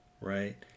right